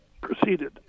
proceeded